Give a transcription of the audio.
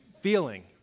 feeling